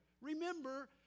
Remember